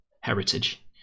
heritage